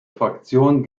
fraktion